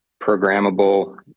programmable